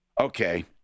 Okay